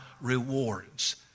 rewards